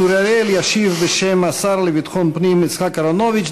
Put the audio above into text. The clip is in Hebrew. אורי אריאל ישיב בשם השר לביטחון פנים יצחק אהרונוביץ,